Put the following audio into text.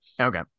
Okay